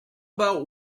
about